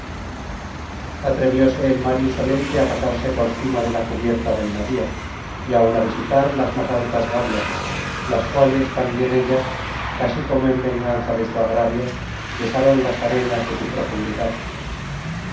quejaban atrevióse el mar insolente á pasearse por cima de la cubierta del navío y áun á visitar las más altas gavias las cuales tambien ellas casi como en venganza de su agravio besaron las arenas de su profundidad